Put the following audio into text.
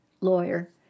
lawyer